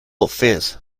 offense